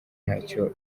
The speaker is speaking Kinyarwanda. ntacyo